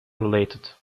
related